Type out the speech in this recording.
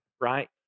right